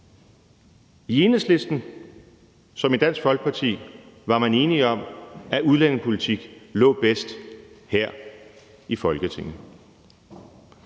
I Enhedslisten som i Dansk Folkeparti var man enige om, at udlændingepolitikken lå bedst her i Folketinget.